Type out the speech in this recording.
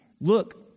Look